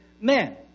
men